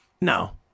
No